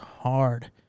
hard